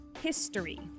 history